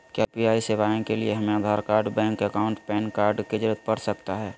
क्या यू.पी.आई सेवाएं के लिए हमें Aadhaar card bank account PAN card की जरूरत पड़ सकता है?